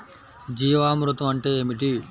జీవామృతం అంటే ఏమిటి?